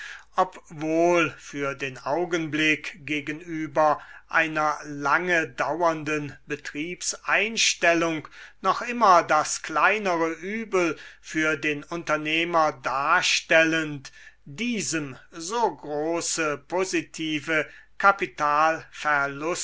obwohl für den augenblick gegenüber einer lange dauernden betriebseinstellung noch immer das kleinere übel für den unternehmer darstellend diesem so große positive